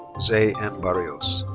jose m. barrios.